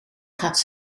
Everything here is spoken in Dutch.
gaat